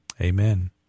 amen